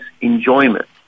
enjoyment